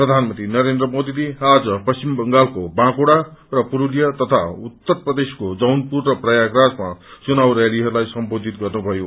प्रधानमन्त्री नरेन्द्र मोदीले आज पश्चिम बंगालको बाँकुङा र पुस्तिया तथा उत्तर प्रदेशको जीनपुर र प्रयागराजमा चुनाव रयालीहरूलाई सम्बोधित गर्नुभयो